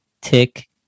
Tick